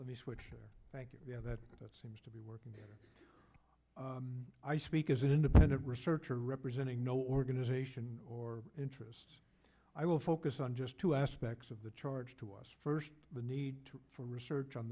let me switch thank you that seems to be working here i speak as an independent researcher representing no organization or interest i will focus on just two aspects of the charge to us first the need for research on